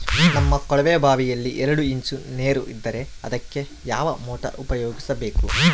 ನಮ್ಮ ಕೊಳವೆಬಾವಿಯಲ್ಲಿ ಎರಡು ಇಂಚು ನೇರು ಇದ್ದರೆ ಅದಕ್ಕೆ ಯಾವ ಮೋಟಾರ್ ಉಪಯೋಗಿಸಬೇಕು?